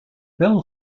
bel